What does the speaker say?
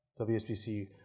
WSBC